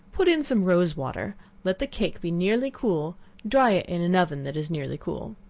put in some rose water let the cake be nearly cool dry it in an oven that is nearly cool.